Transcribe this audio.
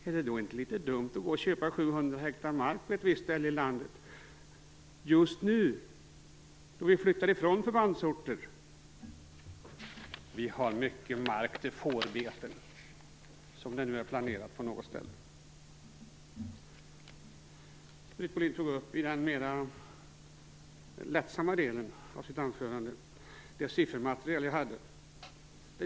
Men är det inte litet dumt att då gå och köpa 700 hektar mark på ett visst ställe i landet? Just nu flyttar vi ju från förbandsorter. Vi har mycket mark till fårbeten, som det nu är planerat på något ställe. I den mera lättsamma delen av sitt anförande tog Britt Bohlin upp det siffermaterial som jag hade.